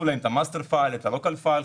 להם את ה-master file ואת ה-local file.